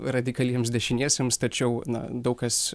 radikaliems dešiniesiems tačiau na daug kas